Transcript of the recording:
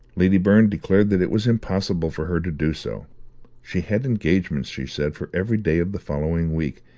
lady byrne declared that it was impossible for her to do so she had engagements, she said, for every day of the following week,